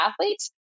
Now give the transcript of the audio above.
athletes